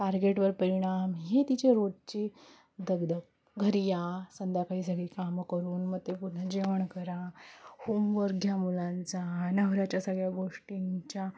टार्गेटवर परिणाम हे तिचे रोजची दगदग घरी या संध्याकाळी सगळी कामं करून मग ते पूर्ण जेवण करा होमवर्क घ्या मुलांचा नवऱ्याच्या सगळ्या गोष्टींच्या